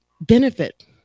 benefit